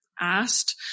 asked